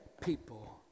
people